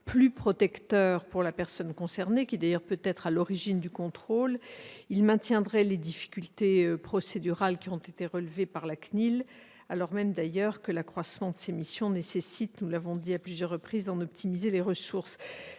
protecteur pour la personne concernée, laquelle peut d'ailleurs être à l'origine du contrôle, maintiendrait les difficultés procédurales relevées par la CNIL, alors même que l'accroissement de ses missions nécessite- nous l'avons dit à plusieurs reprises -d'en optimiser les ressources.